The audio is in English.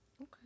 Okay